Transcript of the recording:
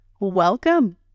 Welcome